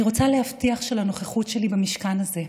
אני רוצה להבטיח שלנוכחות שלי במשכן הזה,